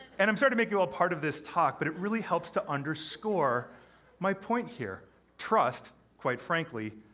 and i'm sorry to make you all part of this talk, but it really helps to underscore my point here trust, quite frankly,